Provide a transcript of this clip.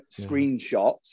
screenshots